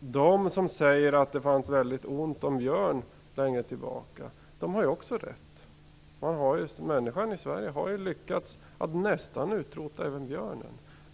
De som säger att det längre tillbaka i tiden var väldigt ont om björn har också rätt. Människor i Sverige har lyckats att nästan utrota även björnen.